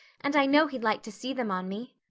and i know he'd like to see them on me.